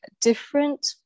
different